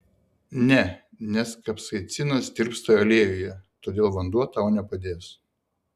ne nes kapsaicinas tirpsta aliejuje todėl vanduo tau nepadės